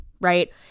right